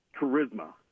charisma